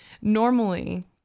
Normally